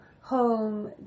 home